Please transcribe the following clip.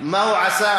מה זה?